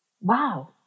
wow